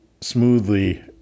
smoothly